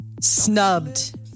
snubbed